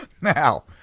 now